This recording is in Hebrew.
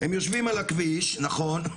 הם יושבים על הכביש, נכון,